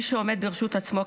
מי ש"עומד ברשות עצמו",